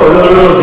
לא לא לא,